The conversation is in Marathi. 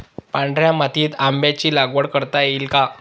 पांढऱ्या मातीत आंब्याची लागवड करता येईल का?